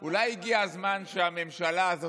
אולי הגיע הזמן שהממשלה הזאת,